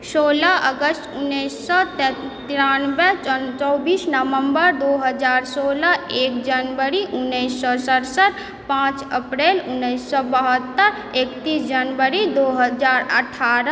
सोलह अगस्त उन्नैस सए तेरानबे चौबीस नवम्बर दू हजार सोलह एक जनवरी उन्नैस सए सतसठि पाँच अप्रिल उन्नैस सए बहत्तरि एकतीस जनवरी दो हजार अठारह